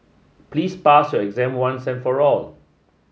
please pass your exam once and for all